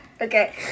Okay